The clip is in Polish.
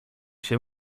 się